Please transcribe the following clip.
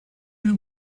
are